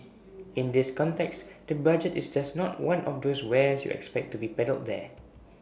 in this context the budget is just not one of those wares you expect to be peddled there